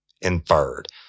inferred